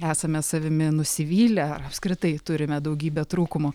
esame savimi nusivylę ar apskritai turime daugybę trūkumų